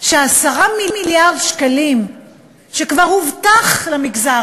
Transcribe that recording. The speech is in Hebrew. ש-10 מיליארד שקלים שכבר הובטחו למגזר